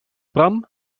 bram